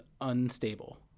unstable